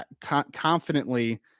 confidently